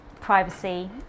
privacy